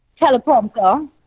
Teleprompter